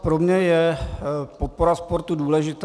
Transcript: Pro mě je podpora sportu důležitá.